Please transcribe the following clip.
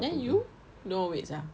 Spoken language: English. then you no weights ah